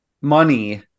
money